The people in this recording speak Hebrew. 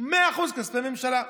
100% כספי ממשלה.